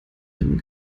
dimmen